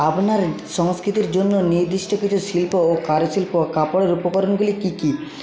আপনার সংস্কৃতির জন্য নির্দিষ্ট কিছু শিল্প ও কারুশিল্প কাপড়ের উপকরণগুলি কী কী